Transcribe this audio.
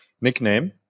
nickname